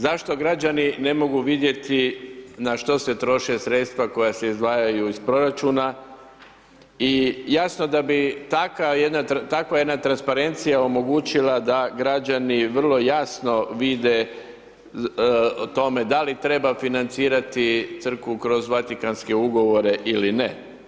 Zašto građani ne mogu vidjeti na što se troše sredstva koja se izdvajaju iz proračuna i jasno da bi takva jedna transparencija omogućila da građani vrlo jasno vide tome da li treba financirati crkvu kroz Vatikanske ugovore ili ne.